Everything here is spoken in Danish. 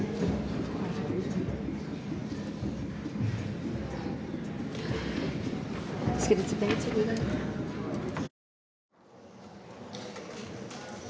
komme tilbage til det,